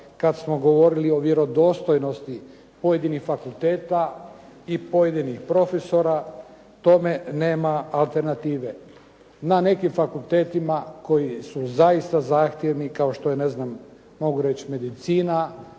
kada smo govorili o vjerodostojnosti pojedinih fakulteta i pojedinih profesora, tome nema alternative. Na nekim fakultetima koji su zaista zahtjevni, kao što je, mogu reći medicina,